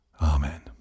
Amen